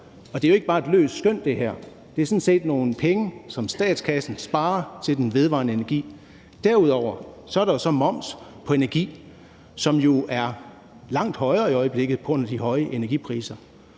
Det her er jo ikke bare et løst skøn; det er sådan set nogle penge, som statskassen sparer til den vedvarende energi. Derudover er der så moms på energi, som jo er langt højere i øjeblikket på grund af de høje energipriser.